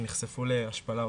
שנחשפו להשפלה,